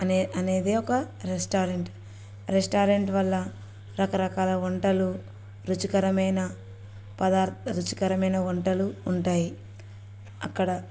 అనే అనేది ఒక రెస్టారెంట్ రెస్టారెంట్ వల్ల రకరకాల వంటలు రుచికరమైన పదార్ రుచికరమైన వంటలు ఉంటాయి అక్కడ